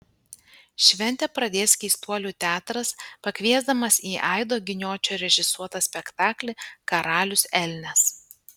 šventę pradės keistuolių teatras pakviesdamas į aido giniočio režisuotą spektaklį karalius elnias